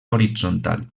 horitzontal